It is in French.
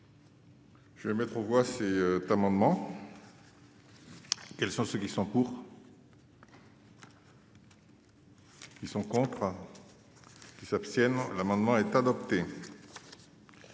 Je vais mettre aux voix, ces amendements. Quels sont ceux qui sont en cours. Qui sont contre, qui s'abstiennent, l'amendement est adopté.